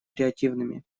креативными